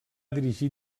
dirigir